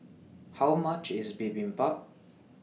How much IS Bibimbap